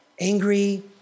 Angry